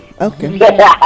okay